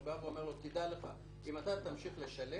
שאומרת: דע לך שאם אתה תמשיך לשלם,